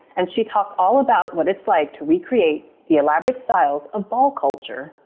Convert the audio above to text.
and she talked all about what it's like to recreate the elaborate styles of ball culture.